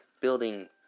building